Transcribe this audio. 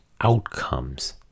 outcomes